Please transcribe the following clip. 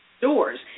doors